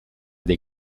dei